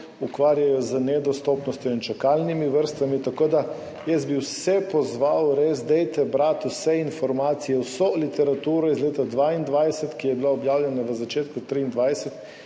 ukvarjajo z nedostopnostjo in čakalnimi vrstami, jaz bi vse res pozval, berite vse informacije, vso literaturo iz leta 2022, ki je bila objavljena v začetku 2023,